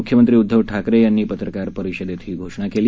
मुख्यमंत्री उद्दव ठाकरे यांनी पत्रकार परिषदेत ही घोषणा केली